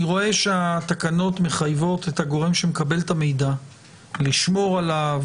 אני רואה שהתקנות מחייבות את הגורם שמקבל את המידע לשמור עליו,